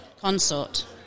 Consort